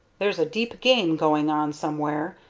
there's a deep game going on somewhere,